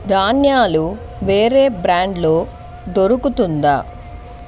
ధాన్యాలు వేరే బ్రాండ్లో దొరుకుతుందా